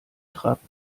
trapp